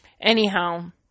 Anyhow